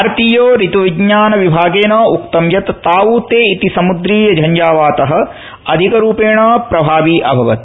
भारतीय ऋतुविज्ञान विभागेन उक्तं यत् ताऊ ते इति समुद्रीय झंझावात अधिक रूपेण प्रभावी अभवत्